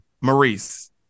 Maurice